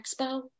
expo